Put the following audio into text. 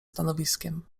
stanowiskiem